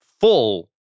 full